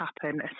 happen